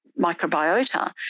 microbiota